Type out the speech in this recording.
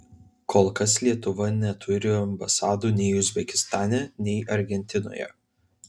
kol kas lietuva neturi ambasadų nei uzbekistane nei argentinoje